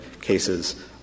cases